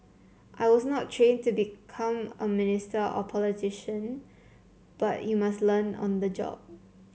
I was not trained to become a minister or politician but you must learn on the job